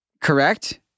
Correct